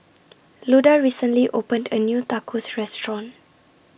Luda recently opened A New Tacos Restaurant